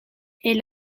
est